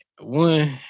One